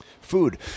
food